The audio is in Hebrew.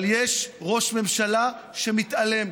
אבל יש ראש ממשלה שמתעלם,